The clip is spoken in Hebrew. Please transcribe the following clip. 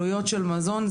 עלויות של מזון,